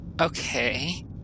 Okay